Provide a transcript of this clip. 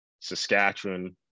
Saskatchewan